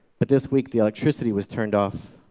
but this week the electricity was turned off,